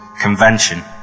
convention